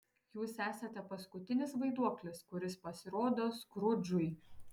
jūs esate paskutinis vaiduoklis kuris pasirodo skrudžui